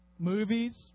Movies